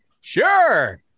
sure